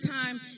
time